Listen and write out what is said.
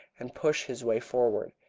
and push his way forward.